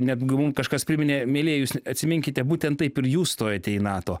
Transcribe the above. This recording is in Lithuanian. neatguvum kažkas priminėja mielieji jūs atsiminkite būtent taip ir jūs stojate į nato